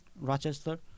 Rochester